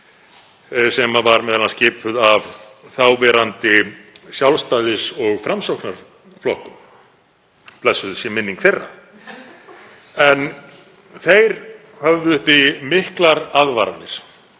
sem var m.a. skipuð af þáverandi Sjálfstæðis- og Framsóknarflokki, blessuð sé minning þeirra. Þeir höfðu uppi miklar aðvaranir